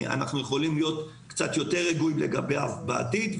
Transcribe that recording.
אנחנו יכולים להיות קצת יותר רגועים לגביו בעתיד.